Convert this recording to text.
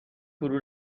فرو